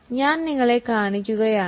പക്ഷേ ഞാൻ നിങ്ങളെ കാണിക്കുകയാണ്